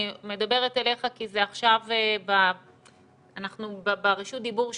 אני מדברת אליך כי אנחנו עכשיו ברשות הדיבור שלך,